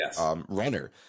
runner